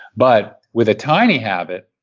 but with a tiny habit,